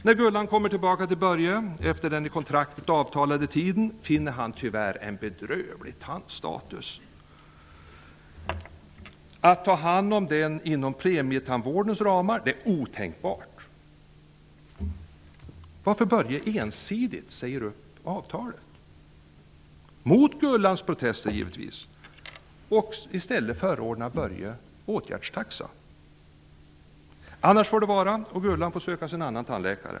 När Gullan kommer tillbaka till Börje efter den i kontraktet avtalade tiden finner Börje tyvärr en bedrövlig tandstatus. Att ta hand om den inom premietandvårdens ramar är otänkbart, varför Börje ensidigt säger upp avtalet -- givetvis mot Gullans protester. Börje förordar i stället åtgärdstaxa. Om Gullan inte går med på det får det vara, och hon får söka sig en annan tandläkare.